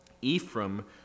Ephraim